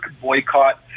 boycott